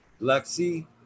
Lexi